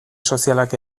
sozialak